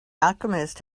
alchemist